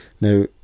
Now